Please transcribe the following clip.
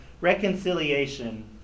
reconciliation